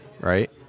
right